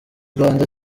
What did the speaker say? rwanda